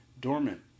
dormant